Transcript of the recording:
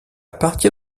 partir